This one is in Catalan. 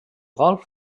golf